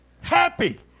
Happy